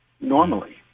normally